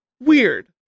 weird